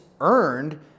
earned